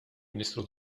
ministru